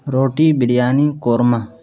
روٹی بریانی قورمہ